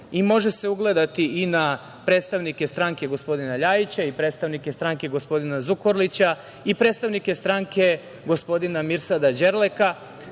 I može se ugledati i na predstavnike stranke gospodina Ljajića i predstavnike stranke gospodina Zukorlića i predstavnike stranke gospodina Mirsada Đerleka.